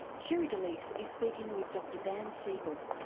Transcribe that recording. sherre delys is speaking with dr dan siegel.